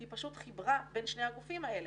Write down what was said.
היא פשוט חיברה בין שני הגופים האלה,